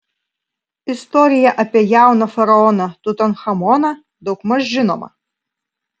istorija apie jauną faraoną tutanchamoną daugmaž žinoma